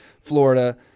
florida